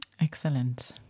Excellent